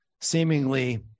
seemingly